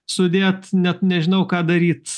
sudėt net nežinau ką daryt